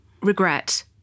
regret